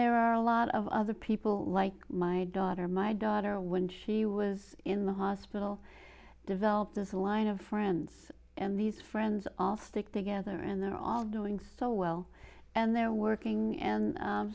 there are a lot of other people like my daughter my daughter when she was in the hospital develop this line of friends and these friends all stick together and they're all doing so well and they're working and